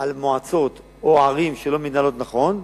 במועצות או ערים שלא מתנהלות נכון,